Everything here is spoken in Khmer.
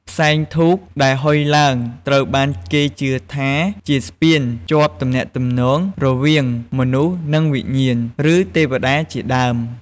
ផ្សែងធូបដែលហុយឡើង ត្រូវបានគេជឿថាជាស្ពានភ្ជាប់ទំនាក់ទំនងរវាងមនុស្ស និងវិញ្ញាណ ឬទេវតាជាដើម។